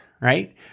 right